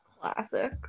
Classic